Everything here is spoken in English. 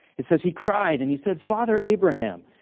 it says he cried and he said, father abraham,